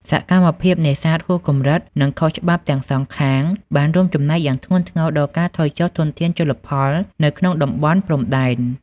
សកម្មភាពនេសាទហួសកម្រិត និងខុសច្បាប់ទាំងសងខាងបានរួមចំណែកយ៉ាងធ្ងន់ធ្ងរដល់ការថយចុះធនធានជលផលនៅក្នុងតំបន់ព្រំដែន ។